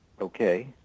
Okay